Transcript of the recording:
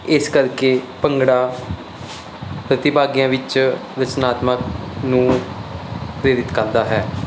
ਇਸ ਕਰਕੇ ਭੰਗੜਾ ਪ੍ਰਤਿਭਾਗੀਆਂ ਵਿੱਚ ਵਿਸਨਾਤਮਕ ਨੂੰ ਪ੍ਰੇਰਿਤ ਕਰਦਾ ਹੈ